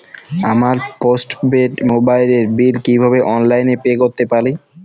আমার postpaid মোবাইলের বিল কীভাবে অনলাইনে পে করতে পারি?